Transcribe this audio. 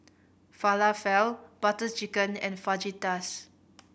Falafel Butter Chicken and Fajitas